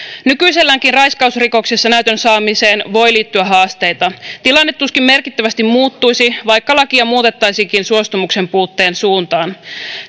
nykyiselläänkin raiskausrikoksessa näytön saamiseen voi liittyä haasteita tilanne tuskin merkittävästi muuttuisi vaikka lakia muutettaisiinkin suostumuksen puutteen suuntaan